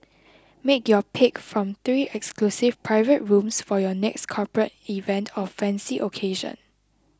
make your pick from three exclusive private rooms for your next corporate event or fancy occasion